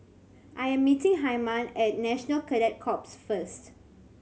I am meeting Hyman at National Cadet Corps first